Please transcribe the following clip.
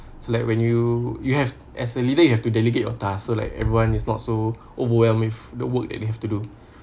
so like when you you have as a leader you have to delegate your task so like everyone is not so overwhelmed with the work that they have to do